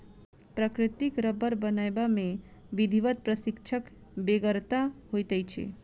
प्राकृतिक रबर बनयबा मे विधिवत प्रशिक्षणक बेगरता होइत छै